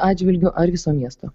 atžvilgiu ar viso miesto